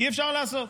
אי-אפשר לעשות.